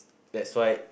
that's why